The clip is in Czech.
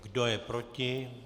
Kdo je proti?